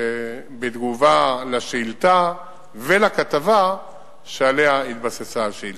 בתגובה על השאילתא ועל הכתבה שעליה התבססה השאילתא.